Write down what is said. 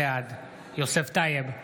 בעד יוסף טייב,